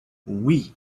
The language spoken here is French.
oui